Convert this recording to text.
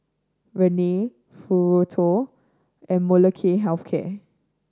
Rene Futuro and Molnylcke Health Care